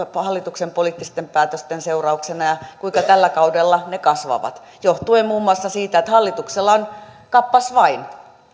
hallituksen poliittisten päätösten seurauksena ja kuinka tällä kaudella ne kasvavat johtuen muun muassa siitä että hallituksella on kappas vain